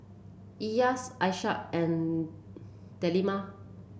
Elyas Aishah and Delima